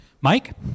Mike